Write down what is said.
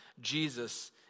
Jesus